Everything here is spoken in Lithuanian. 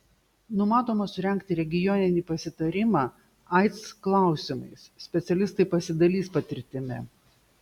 numatoma surengti regioninį pasitarimą aids klausimais specialistai pasidalys patirtimi